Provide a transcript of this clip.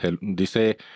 dice